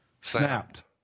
snapped